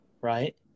right